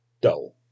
dull